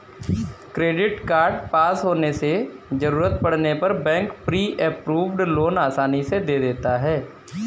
credit card पास होने से जरूरत पड़ने पर बैंक प्री अप्रूव्ड लोन आसानी से दे देता है